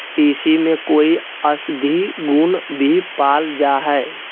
तीसी में कई औषधीय गुण भी पाल जाय हइ